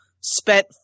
spent